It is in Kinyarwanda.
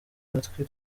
matwi